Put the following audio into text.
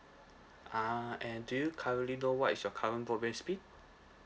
uh and do you currently know what is your current broadband speed